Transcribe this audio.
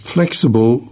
Flexible